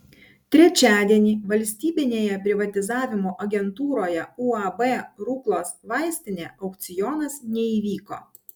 trečiadienį valstybinėje privatizavimo agentūroje uab ruklos vaistinė aukcionas neįvyko